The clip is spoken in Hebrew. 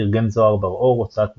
תרגם זוהר בר-אור, הוצאת משכל,